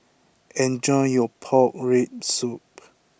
enjoy your Pork Rib Soup